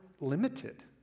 limited